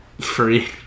Free